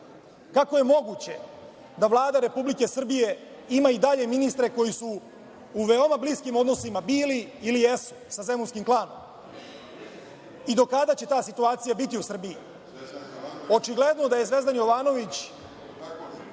Kako je moguće da Vlada Republike Srbije ima i dalje ministre koji su u veoma bliskim odnosima bili ili jesu sa „Zemunskim klanom“ i do kada će ta situacija biti u Srbiji? Očigledno da je Zvezdan Jovanović